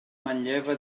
manlleva